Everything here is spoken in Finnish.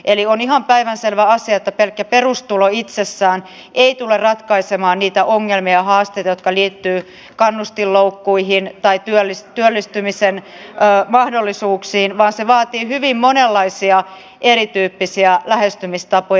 eli on ihan päivänselvä asia että pelkkä perustulo itsessään ei tule ratkaisemaan niitä ongelmia ja haasteita jotka liittyvät kannustinloukkuihin tai työllistymisen mahdollisuuksiin vaan se vaatii hyvin monenlaisia erityyppisiä lähestymistapoja